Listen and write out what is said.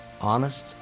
honest